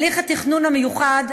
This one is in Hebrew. הליך התכנון המיוחד